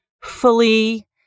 fully